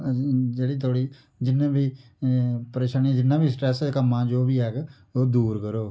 जेह्ड़ी थुआढ़ी जि'न्नी बी परेशानी जि'न्ना बी स्ट्रेस कम्मा जो बी ऐ ओह् दूर करग